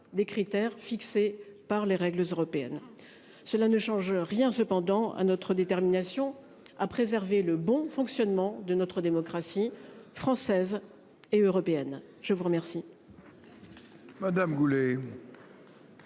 des critères fixés par les règles européennes. Cela ne change rien cependant à notre détermination à préserver le bon fonctionnement de notre démocratie française et européenne. Je vous remercie.